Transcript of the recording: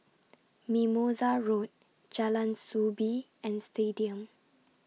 Mimosa Road Jalan Soo Bee and Stadium